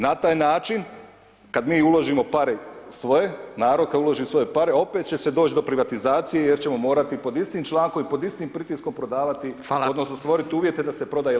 Na taj način kad mi uložimo pare svoje, narod kad uloži svoje pare, opet će se doć' do privatizacije jer ćemo morati pod istim člankom, i pod istim pritiskom prodavati odnosno stvorit uvjete da se proda i LNG.